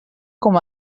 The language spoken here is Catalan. com